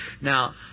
Now